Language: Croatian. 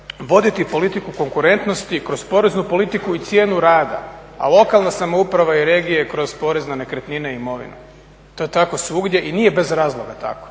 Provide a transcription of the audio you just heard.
voditi politiku konkurentnosti kroz poreznu politiku i cijenu rada, a lokalna samouprava i regije kroz porez na nekretnine i imovinu. To je tako svugdje i nije bez razloga tako.